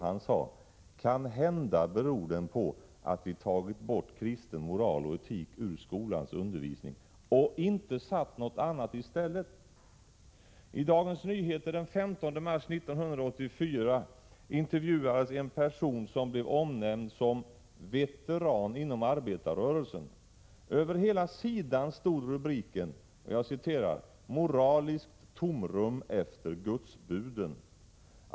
Han sade: Kanhända beror den på att vi tagit bort kristen moral och etik ur skolans undervisning och inte satt något annat i stället. I Dagens Nyheter den 15 mars 1984 intervjuades en person som blev omnämnd som ”veteran inom arbetarrörelsen”. Över hela sidan stod rubriken: ”Moraliskt tomrum efter Gudsbuden”.